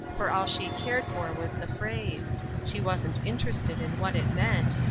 for all she cared for was the phrase she wasn't interested in what it meant,